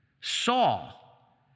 Saul